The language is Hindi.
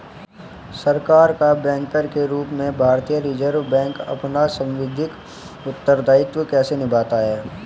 सरकार का बैंकर के रूप में भारतीय रिज़र्व बैंक अपना सांविधिक उत्तरदायित्व कैसे निभाता है?